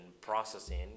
processing